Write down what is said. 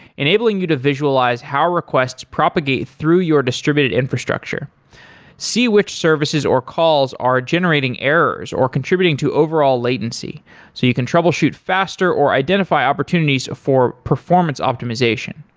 enabling you to visualize how requests propagate through your distributed infrastructure see which services or calls are generating errors, or contributing to overall latency so you can troubleshoot faster or identify opportunities for performance optimization.